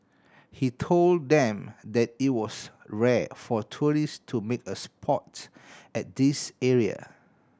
he told them that it was rare for tourist to make a spot at this area